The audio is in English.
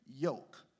yoke